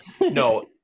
no